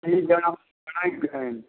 fees ॾिअणा घणा ई पिया आहिनि